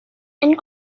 and